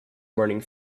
morning